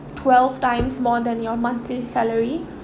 twelve times more than your monthly salary